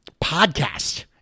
podcast